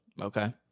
okay